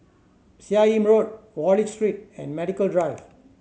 Seah Im Road Wallich Street and Medical Drive